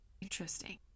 Interesting